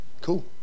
Cool